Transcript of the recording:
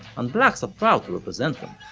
and blacks are proud to represent them.